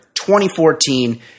2014